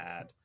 add